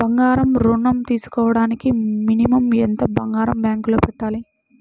బంగారం ఋణం తీసుకోవడానికి మినిమం ఎంత బంగారం బ్యాంకులో పెట్టాలి?